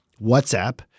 WhatsApp